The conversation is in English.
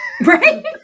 Right